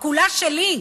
כולה שלי.